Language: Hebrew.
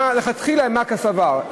לכתחילה מאי קא סבר?